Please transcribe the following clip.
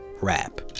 rap